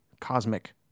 cosmic